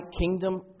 kingdom